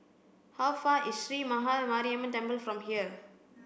how far is Sree Maha Mariamman Temple from here